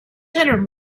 hundred